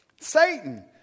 satan